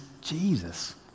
Jesus